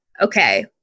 okay